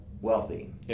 wealthy